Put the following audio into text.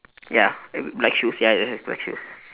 ya black shoes ya he has black shoes